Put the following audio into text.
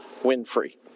Winfrey